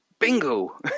Bingo